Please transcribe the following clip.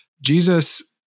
Jesus